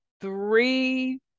three